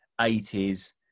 80s